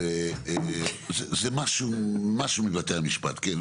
זה משהו מבתי המשפט, כן.